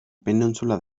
península